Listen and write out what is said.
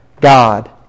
God